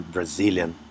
Brazilian